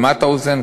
במאוטהאוזן,